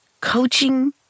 Coaching